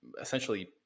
essentially